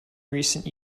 recent